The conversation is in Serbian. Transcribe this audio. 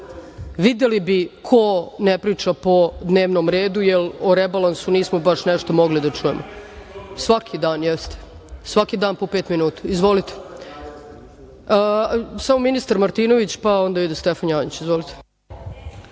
Videli bi ko ne priča po dnevnom redu jer o rebalansu nismo baš nešto mogli da čujemo. Svaki dan, jeste, svaki dan po pet minuta. Samo ministar Martinović , pa onda ide Stefan Janjić.